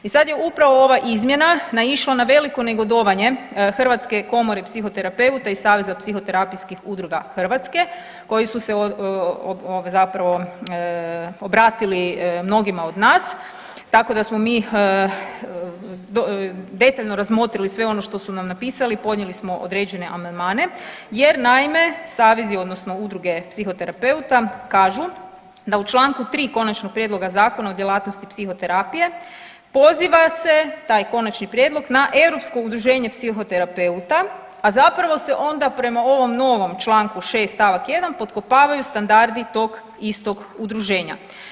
I sad je upravo ova izmjena naišla na veliko negodovanje Hrvatske komore psihoterapeuta i Saveza psihoterapijskih udruga Hrvatske koji su se zapravo obratili mnogima od nas tako da smo mi detaljno razmotrili sve ono što su nam napisali, podnijeli smo određene amandmane jer naime savezi odnosno udruge psihoterapeuta kažu da u čl. 3. Konačnog prijedloga Zakona o djelatnosti psihoterapije poziva se, taj konačni prijedlog, na europsko udruženje psihoterapeuta, a zapravo se onda prema ovom novom čl. 6. st. 1. potkopavaju standardi tog istog udruženja.